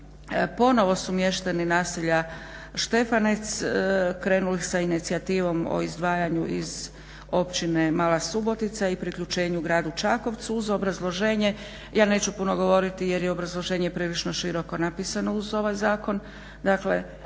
ponovo su mještani naselja Šefanec krenuli sa inicijativom o izdvajanju iz Općine Mala subotica i priključenju Gradu Čakovcu uz obrazloženje. Ja neću puno govoriti jer je obrazloženje prilično široko napisano uz ovaj zakon.